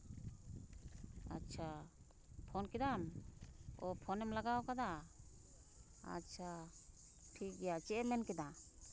ᱟᱪᱪᱷᱟ ᱯᱷᱳᱱ ᱠᱮᱫᱟᱢ ᱚ ᱯᱷᱳᱱᱮᱢ ᱞᱟᱜᱟᱣ ᱠᱟᱫᱟ ᱟᱪᱪᱷᱟ ᱴᱷᱤᱠᱜᱮᱭᱟ ᱪᱮᱫᱼᱮ ᱢᱮᱱ ᱠᱮᱫᱟ